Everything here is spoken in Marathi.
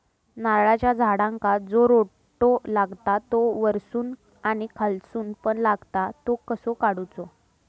नारळाच्या झाडांका जो रोटो लागता तो वर्सून आणि खालसून पण लागता तो कसो काडूचो?